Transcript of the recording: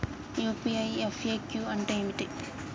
UPI FAQ అంటే ఏమిటి?